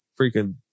freaking